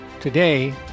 Today